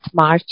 March